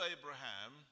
Abraham